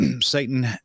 Satan